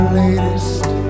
latest